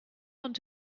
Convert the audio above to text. want